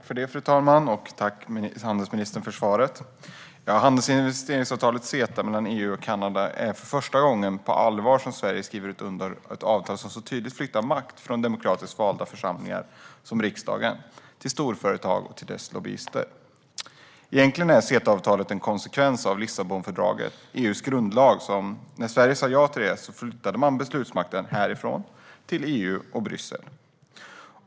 Fru talman! Tack, handelsministern, för svaret! Handels och investeringsavtalet CETA - mellan EU och Kanada - är det första avtal Sverige skrivit under som så tydligt flyttar makt från demokratiskt valda församlingar, som riksdagen, till storföretag och deras lobbyister. Egentligen är CETA-avtalet en konsekvens av Lissabonfördraget, EU:s grundlag. När Sverige sa ja till detta flyttade man beslutsmakten härifrån till EU och Bryssel.